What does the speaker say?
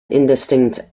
indistinct